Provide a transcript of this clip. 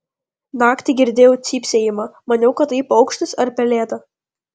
naktį girdėjau cypsėjimą maniau kad tai paukštis ar pelėda